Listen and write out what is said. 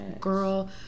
Girl